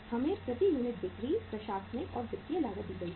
हमें प्रति यूनिट बिक्री प्रशासनिक और वित्तीय लागत दी गई है